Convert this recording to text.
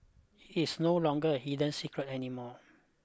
it's no longer a hidden secret anymore